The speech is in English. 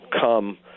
come